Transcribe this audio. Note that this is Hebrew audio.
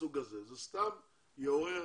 איזושהי הרגשה של אפליה וזה סתם יעורר